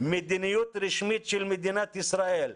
של מדינת ישראל.